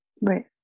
Right